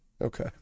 Okay